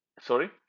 sorry